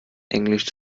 englisch